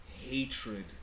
hatred